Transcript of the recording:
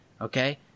Okay